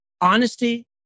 Honesty